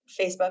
Facebook